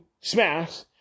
Smash